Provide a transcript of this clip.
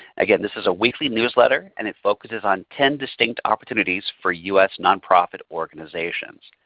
again, this is a weekly newsletter and it focuses on ten distinct opportunities for us nonprofit organizations.